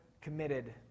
committed